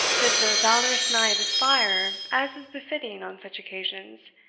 does the valorous knight aspire, as is befitting on such occasions,